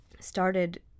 started